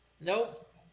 Nope